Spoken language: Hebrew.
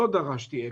לא דרשתי אקמו.